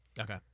okay